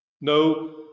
no